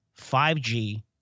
5G